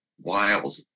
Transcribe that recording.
wild